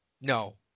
no